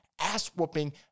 ass-whooping